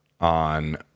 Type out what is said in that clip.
on